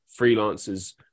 freelancers